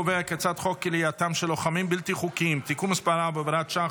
הצעת חוק כליאתם של לוחמים בלתי חוקיים (תיקון מס' 4 והוראת שעה,